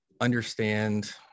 understand